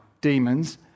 demons